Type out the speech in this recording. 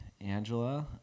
Angela